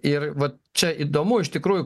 ir va čia įdomu iš tikrųjų